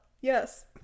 Yes